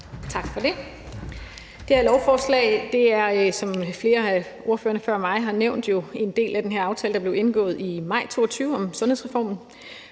Tak for det. Det her lovforslag er, som flere af ordførerne før mig har nævnt, jo en del af den aftale, der blev indgået i maj 2022 om sundhedsreformen.